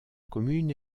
commune